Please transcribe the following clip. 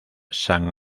san